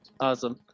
Awesome